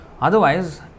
Otherwise